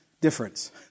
difference